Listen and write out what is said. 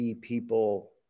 people